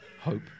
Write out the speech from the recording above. hope